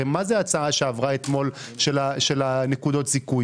הרי מה זה ההצעה שעברה אתמול על נקודות הזיכוי?